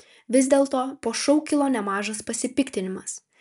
vis dėlto po šou kilo nemažas pasipiktinimas